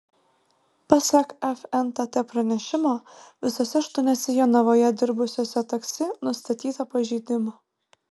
pasak fntt pranešimo visuose aštuoniuose jonavoje dirbusiuose taksi nustatyta pažeidimų